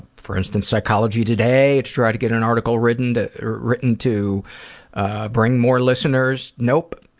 for instance, psychology today to try to get an article written to written to ah bring more listeners. nope.